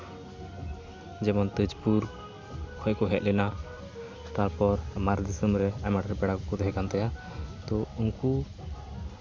ᱡᱮᱢᱚᱱ ᱛᱮᱡᱽᱯᱩᱨ ᱠᱷᱚᱱ ᱠᱚ ᱦᱮᱡ ᱞᱮᱱᱟ ᱛᱟᱨᱯᱚᱨ ᱢᱟᱨᱮ ᱫᱤᱥᱚᱢ ᱨᱮ ᱟᱭᱢᱟ ᱰᱷᱮᱨ ᱯᱮᱲᱟ ᱠᱚᱠᱚ ᱛᱟᱦᱮᱸᱠᱟᱱ ᱛᱟᱭᱟ ᱛᱚ ᱩᱱᱠᱩ